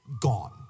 gone